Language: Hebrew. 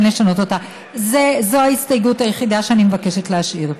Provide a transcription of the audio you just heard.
זו ההסתייגות היחידה שאני מבקשת להשאיר.